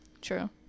true